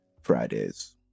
fridays